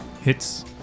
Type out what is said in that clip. Hits